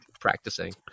practicing